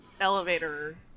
elevator